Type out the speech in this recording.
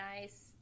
nice